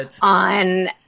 on